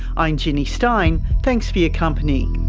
i'm ginny stein, thanks for your company